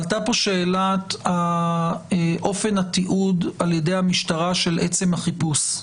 עלתה פה שאלת אופן התיעוד ע"י המשטרה של עצם החיפוש.